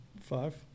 Five